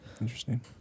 Interesting